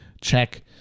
check